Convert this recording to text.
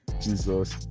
Jesus